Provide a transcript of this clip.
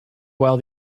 while